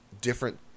different